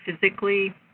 physically